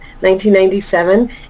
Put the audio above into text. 1997